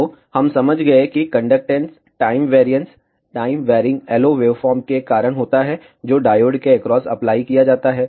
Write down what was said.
तो हम समझ गए कि conductance time variance time varying LO waveform के कारण होता है जो डायोड के एक्रॉस अप्लाई किया जाता है